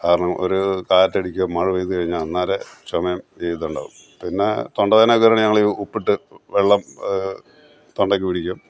കാരണം ഒരു കാറ്റടിക്കുകയോ മഴ പെയ്തു കഴിഞ്ഞാല് അന്നേരെ ചുമയും ഇതുണ്ടാകും പിന്നെ തൊണ്ടവേദനയൊക്കെ വരുവാണെങ്കിൽ ഉപ്പിട്ട് വെള്ളം തൊണ്ടയ്ക്കു പിടിക്കും